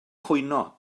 cwyno